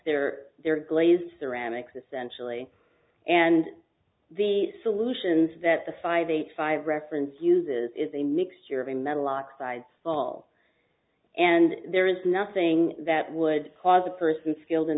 there they are glazed ceramics essentially and the solutions that the five eight five reference uses is a mixture of a metal oxides ball and there is nothing that would cause a person skilled in